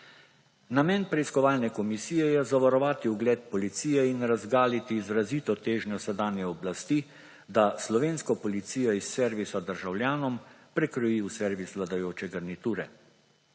Namen preiskovalne komisije je zavarovati ugled policije in razgaliti izrazito težnjo sedanje oblasti, da slovensko policijo iz servisa državljanom prekroji v servis vladajoče garniture.